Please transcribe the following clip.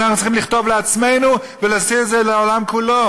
את זה אנחנו צריכים לכתוב לעצמנו ולשים את זה לעולם כולו.